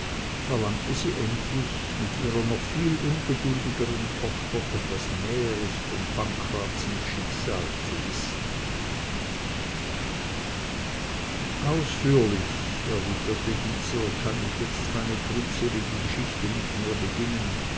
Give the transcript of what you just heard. verlangte sie endlich mit ihrer noch viel ungeduldigeren tochter etwas näheres von pankrazens schicksal zu wissen ausführlich erwiderte dieser kann ich jetzt meine trübselige geschichte nicht mehr beginnen